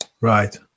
Right